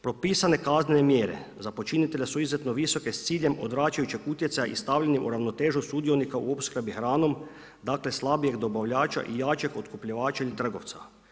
Propisane kaznene mjere za počinitelja su izuzetno visoke s ciljem odvračajućeg utjecaja i stavljanjem u ravnotežu sudionika u opskrbi hranom, dakle slabijeg dobavljača i jačeg otkupljivača ili trgovca.